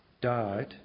died